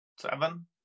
Seven